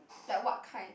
like what kind